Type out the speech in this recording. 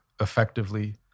effectively